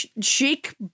chic